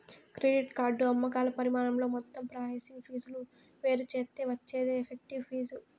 credit card అమ్మకాల పరిమాణంతో మొత్తం ప్రాసెసింగ్ ఫీజులు వేరుచేత్తే వచ్చేదే ఎఫెక్టివ్ ఫీజు